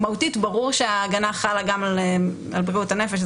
מהותית ברור שההגנה חלה גם על בריאות הנפש.